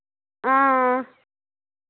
हां